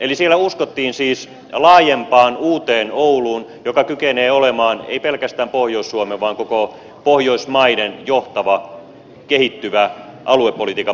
eli siellä uskottiin siis laajempaan uuteen ouluun joka kykenee olemaan ei pelkästään pohjois suomen vaan koko pohjoismaiden johtava kehittyvä aluepolitiikan moottori